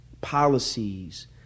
policies